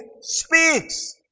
speaks